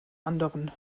anderen